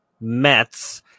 Mets